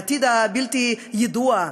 לעתיד הבלתי-ידוע,